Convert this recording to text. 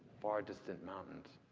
far distant mountains.